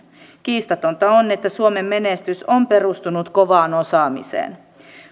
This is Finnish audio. kiistatonta on että suomen menestys on perustunut kovaan osaamiseen